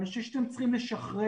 אני חושב שאתם צריכים לשחרר,